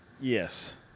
Yes